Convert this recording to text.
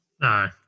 No